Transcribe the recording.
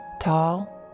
tall